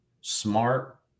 smart